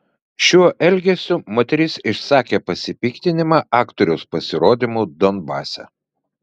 šiuo elgesiu moteris išsakė pasipiktinimą aktoriaus pasirodymu donbase